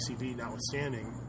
notwithstanding